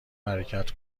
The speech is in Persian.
حرکت